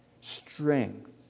strength